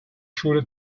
schule